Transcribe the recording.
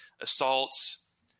assaults